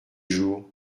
jours